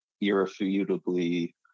irrefutably